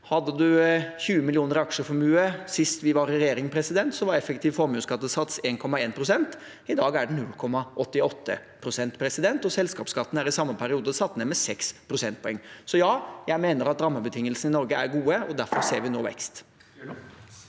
Hadde man 20 mill. kr i aksjeformue sist vi var i regjering, var effektiv formuesskattesats på 1,1 pst. I dag er den på 0,88 pst., og selskapsskatten er i samme periode satt ned med 6 prosentpoeng. Så ja, jeg mener at rammebetingelsene i Norge er gode, og derfor ser vi nå vekst.